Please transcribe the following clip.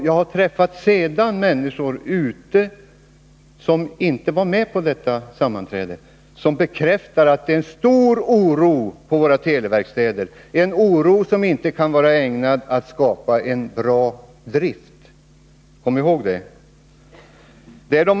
Jag har sedan dess träffat människor som inte var med på sammanträdet, och de har bekräftat att stor oro råder vid våra televerkstäder — en oro som inte kan vara ägnad att skapa en bra drift. Kom ihåg det!